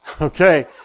Okay